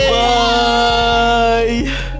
bye